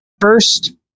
first